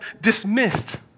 dismissed